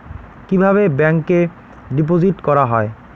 কিভাবে ব্যাংকে ডিপোজিট করা হয়?